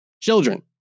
children